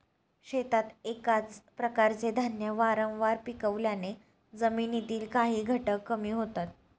शेतात एकाच प्रकारचे धान्य वारंवार पिकवल्याने जमिनीतील काही घटक कमी होतात